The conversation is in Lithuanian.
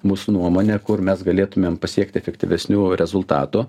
mūsų nuomone kur mes galėtumėm pasiekti efektyvesnių rezultatų